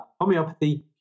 homeopathy